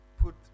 put